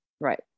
Right